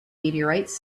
meteorites